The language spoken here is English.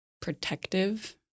protective